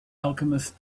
alchemist